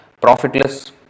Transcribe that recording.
profitless